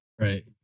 Right